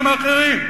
ועם אחרים,